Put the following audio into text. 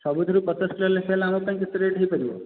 ସବୁଥିରୁ ପଚାଶଟଙ୍କା ଲେଖେ ହେଲେ ଆମ ପାଇଁ କେତେ ରେଟ୍ ହେଇପାରିବ